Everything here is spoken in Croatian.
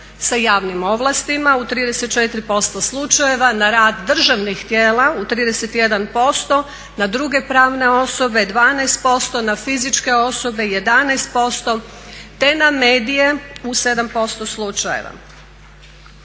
sa javnim ovlastima u 34% slučajeva, na rad državnih tijela u 31%, na druge pravne osobe 12%, na fizičke osobe 11% te na medije u 7% slučajeva.